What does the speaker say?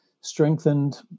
strengthened